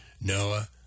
Noah